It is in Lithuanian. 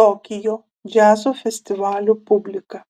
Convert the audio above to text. tokijo džiazo festivalių publika